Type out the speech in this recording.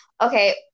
Okay